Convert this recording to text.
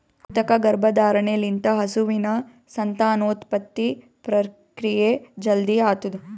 ಕೃತಕ ಗರ್ಭಧಾರಣೆ ಲಿಂತ ಹಸುವಿನ ಸಂತಾನೋತ್ಪತ್ತಿ ಪ್ರಕ್ರಿಯೆ ಜಲ್ದಿ ಆತುದ್